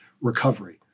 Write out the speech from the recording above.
recovery